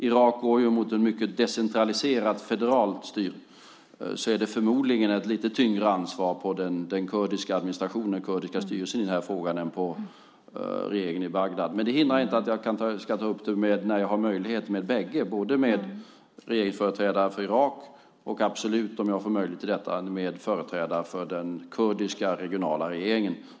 Irak går ju mot ett mycket decentraliserat federalt styre, så det vilar förmodligen ett lite tyngre ansvar på den kurdiska administrationen i den här frågan än på regeringen i Bagdad. Men det hindrar inte att jag när jag har möjlighet ska ta upp det med bägge, med irakiska regeringsföreträdare och, om jag får möjlighet till detta, absolut också med företrädare för den kurdiska regionala regeringen.